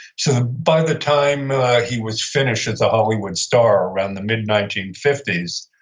so, by the time he was finished as a hollywood star, around the mid nineteen fifty s,